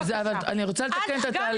אבל אני רוצה לתקן את התהליך.